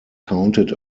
counted